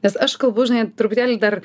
nes aš kalbu žinai truputėlį dar